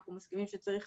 שאנחנו מסכימים שצריך